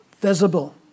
visible